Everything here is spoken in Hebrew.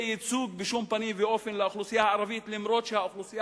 ייצוג בשום פנים ואופן לאוכלוסייה הערבית למרות שהאוכלוסייה